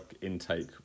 intake